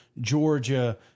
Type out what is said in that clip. Georgia